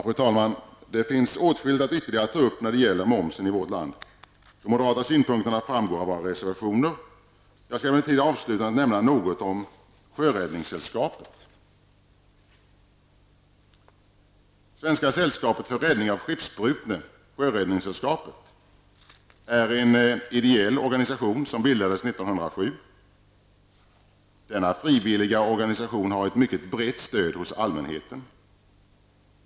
Fru talman! Det finns åtskilligt ytterligare att ta upp när det gäller momsen i vårt land. De moderata synpunkterna framgår av våra reservationer. Jag skall emellertid avsluta med att nämna något om Sjöräddningssällskapet, är en ideell organisation som bildades 1907. Denna frivilliga organisation har ett mycket brett stöd hos allmänheten.